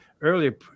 earlier